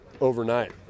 overnight